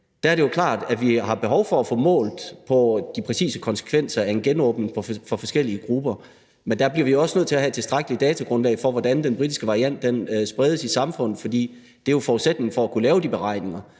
så er det jo klart, at vi har behov for at få målt på de præcise konsekvenser af en genåbning for forskellige grupper, men der bliver vi også nødt til at have et tilstrækkeligt datagrundlag for, hvordan den britiske variant spredes i samfundet, for det er jo forudsætningen for at kunne lave de beregninger.